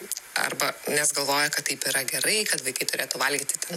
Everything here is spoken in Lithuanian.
arba nes galvoja kad taip yra gerai kad vaikai turėtų valgyti ten